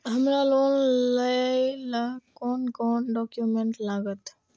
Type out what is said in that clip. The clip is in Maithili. हमरा लोन लाइले कोन कोन डॉक्यूमेंट लागत?